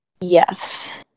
Yes